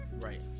Right